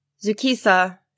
Zukisa